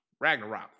Ragnarok